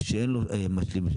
שאין לו שב"ן,